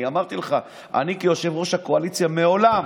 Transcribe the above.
אני אמרתי לך, אני כיושב-ראש הקואליציה מעולם